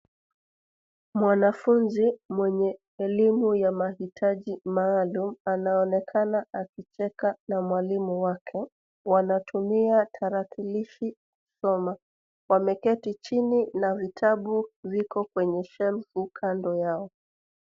Mwanafunzi mwenye elimu ya mahitaji maalum anaonekana akicheka na mwalimu wake. Wanatumia tarakilishi kusoma. Wameketi chini na vitabu viko kwenye shelfu kando yao.